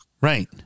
Right